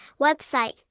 website